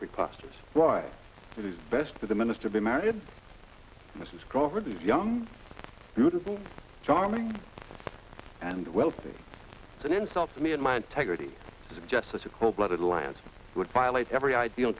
preposterous why it is best for the minister be married mrs crawford is young beautiful charming and wealthy it's an insult to me and my integrity to suggest such a cold blooded lansford would violate every ideal